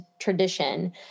tradition